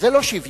זה לא שוויוני,